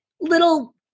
little